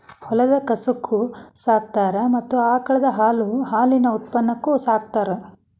ಹೊಲದ ಕೆಲಸಕ್ಕು ಸಾಕತಾರ ಮತ್ತ ಆಕಳದ ಹಾಲು ಹಾಲಿನ ಉತ್ಪನ್ನಕ್ಕು ಸಾಕತಾರ